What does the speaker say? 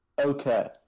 Okay